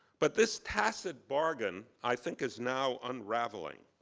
but this tacit bargain, i think, is now unraveling.